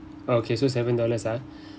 okay so seven dollars ah